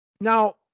Now